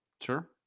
Sure